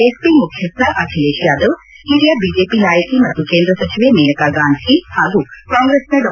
SP ಮುಖ್ಯಸ್ನ Akhilesh Yadav ಹಿರಿಯ BJP ನಾಯಕಿ ಮತ್ತು ಕೇಂದ್ರ ಸಚಿವೆ ಮೇನಕಾಗಾಂಧಿ ಹಾಗೂ ಕಾಂಗ್ರೆಸ್ನ ಡಾ